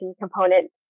component